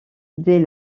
dès